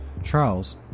Charles